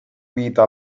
vita